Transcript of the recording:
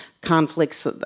conflicts